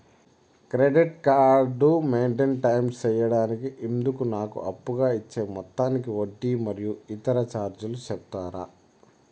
Credit card maintain time సేయడానికి ఇందుకు నాకు అప్పుగా ఇచ్చే మొత్తానికి వడ్డీ మరియు ఇతర చార్జీలు సెప్తారా?